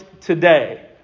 today